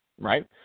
right